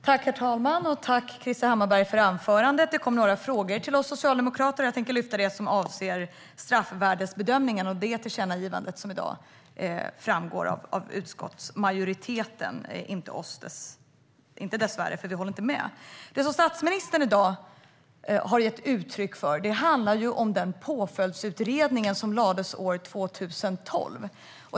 Herr talman! Jag tackar Krister Hammarbergh för anförandet. Det kom några frågor till oss socialdemokrater. Jag tänker lyfta fram det som avser straffvärdesbedömningen och tillkännagivandet från utskottsmajoriteten, som inte innefattar oss; vi håller inte med. Det som statsministern i dag har gett uttryck för handlar om den påföljdsutredning som lades fram år 2012.